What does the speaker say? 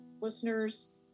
listeners